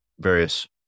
various